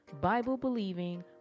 Bible-believing